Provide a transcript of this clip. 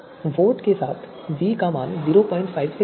vote के साथ तो v का मान 05 से कम होगा